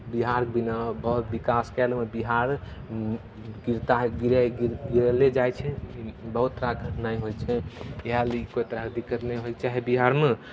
बिहार बिना आओर विकासके बिहार गिरता गिराइ गिरले जाइ छै बहुत कठिनाइ होइ छै इएह लऽ कऽ दिक्कत नहि होयके चाही बिहारमे